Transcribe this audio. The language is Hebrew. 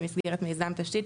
במסגרת מיזם תשתית,